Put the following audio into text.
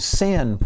sin